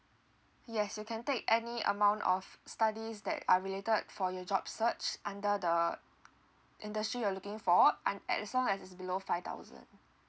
yes you can take any amount of studies that are related for your job search under the industry you're looking for and as long as is below five thousand